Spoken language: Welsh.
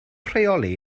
rheoli